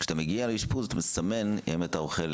כשאתה מגיע לאשפוז אתה מסמן אם אתה אוכל